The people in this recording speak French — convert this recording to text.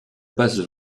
basse